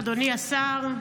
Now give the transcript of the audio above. אדוני השר,